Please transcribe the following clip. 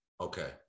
Okay